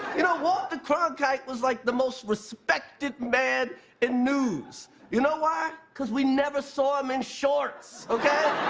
you know, walter cronkite was like the most respected man in news you know why cause we never saw him in shorts okay